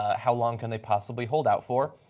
ah how long can they possibly hold out for?